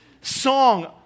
song